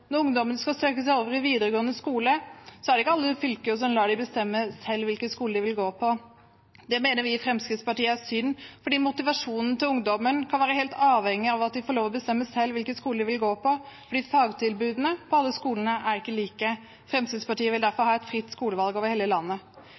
Når ungdommen skal søke seg over i videregående skole, er det ikke alle fylker som lar dem bestemme selv hvilken skole de vil gå på. Det mener vi i Fremskrittspartiet er synd, fordi motivasjonen til ungdommen kan være helt avhengig av at de får lov til å bestemme selv hvilken skole de vil gå på, for fagtilbudene er ikke like på alle skolene. Fremskrittspartiet vil derfor